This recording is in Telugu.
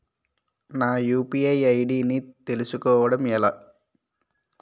నా యు.పి.ఐ ఐ.డి ని తెలుసుకోవడం ఎలా?